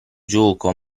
gioco